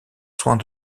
soins